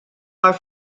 are